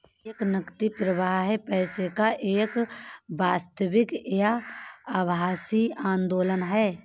एक नकदी प्रवाह पैसे का एक वास्तविक या आभासी आंदोलन है